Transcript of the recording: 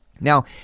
Now